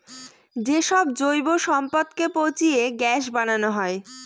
যে সব জৈব সম্পদকে পচিয়ে গ্যাস বানানো হয়